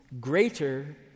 greater